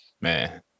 man